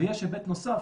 ויש היבט נוסף